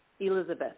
Elizabeth